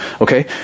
Okay